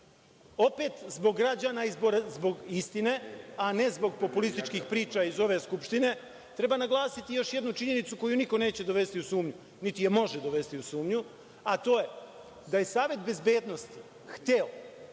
zbog građana i zbog istine, a ne zbog populističkih priča iz ove skupštine, treba naglasiti još jednu činjenicu, koju niko neće dovesti u sumnju, niti je može dovesti u sumnju, a to je da je Savet bezbednosti hteo